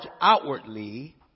outwardly